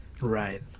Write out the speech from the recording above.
Right